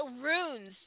runes